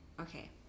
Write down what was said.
Okay